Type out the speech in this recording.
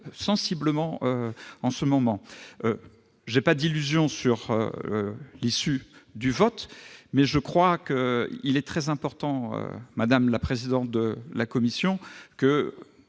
sensiblement en ce moment. Je n'ai aucune illusion sur l'issue du vote, mais je crois qu'il est très important, madame la présidente de la commission, que,